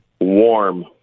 Warm